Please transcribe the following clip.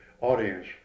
audience